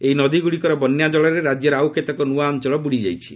ଏହି ନଦୀଗୁଡ଼ିକର ବନ୍ୟାଜଳରେ ରାଜ୍ୟର ଆଉ କେତେକ ନ୍ନଆ ଅଞ୍ଚଳ ବୁଡ଼ିଯାଇଛି